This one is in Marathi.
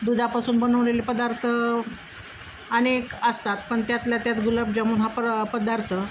दुधापासून बनवलेले पदार्थ अनेक असतात पण त्यातल्या त्यात गुलाबजामून हा प पदार्थ